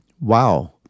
wow